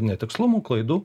netikslumų klaidų